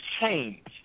change